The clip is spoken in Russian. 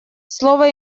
слово